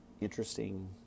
interesting